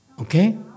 Okay